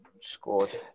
scored